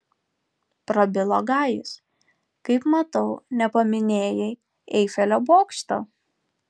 prabilo gajus kaip matau nepaminėjai eifelio bokšto